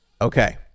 Okay